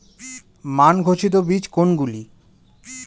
মান ঘোষিত বীজ কোনগুলি?